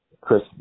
Chris